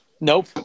Nope